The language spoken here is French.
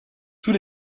tous